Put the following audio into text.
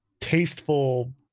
tasteful